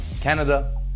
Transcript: Canada